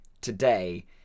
today